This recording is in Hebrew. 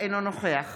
אינו נוכח